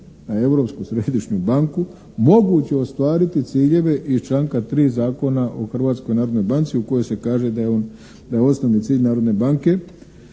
na Europsku središnju banku moguće ostvariti ciljeve iz članka 3. Zakona o Hrvatskoj narodnoj banci u kojoj se kaže da je osnovni cilj Narodne banke